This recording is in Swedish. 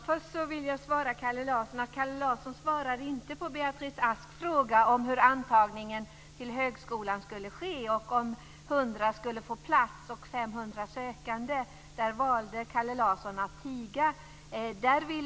Fru talman! Först vill jag säga till Kalle Larsson att Kalle Larson inte svarade på Beatrice Asks fråga om hur antagningen till högskolan skulle ske om 100 skulle få plats bland 500 sökande. Där valde Kalle Larsson att tiga.